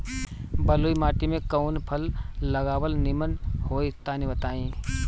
बलुई माटी में कउन फल लगावल निमन होई तनि बताई?